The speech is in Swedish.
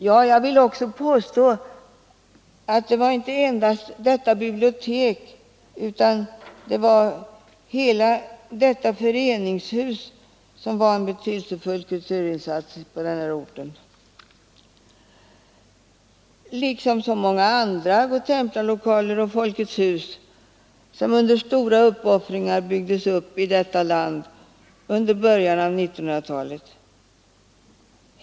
Jag vill också påstå att det inte endast var detta bibliotek utan hela föreningshuset som var en betydelsefull kulturinsats på denna ort — liksom så många godtemplarlokaler och folkets hus som under stora uppoffringar byggdes upp i detta land under början av 1900-talet.